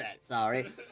Sorry